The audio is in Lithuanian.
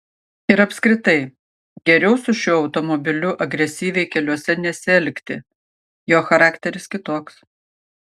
ir apskritai geriau su šiuo automobiliu agresyviai keliuose nesielgti jo charakteris kitoks